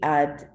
add